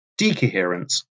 decoherence